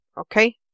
okay